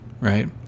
right